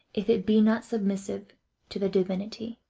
if it be not submissive to the divinity?